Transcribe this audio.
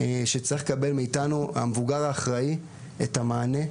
שצריכים לקבל מאיתנו, המבוגר האחראי את המענה.